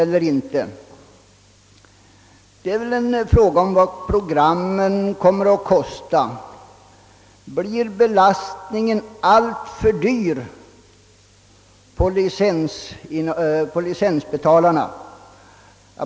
Är det då inte rimligt att samhället är med på ett hörn och bestämmer tillsammans med, såsom sker i dag, folkrörelser och tidningar? Är det inte en ganska lämplig form av bestämmanderätt? Någon politisering i den högsta ledningen har vi ändå inte behövt vara med om. Radiochefen är uppenbarligen inte tillsatt efter några politiska grunder. En annan fråga är om man skall ha reklam i TV eller inte. Det är en fråga om vad programmen kommer att kosta.